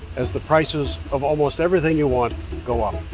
as the prices of almost everything you want go up.